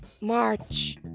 March